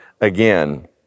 again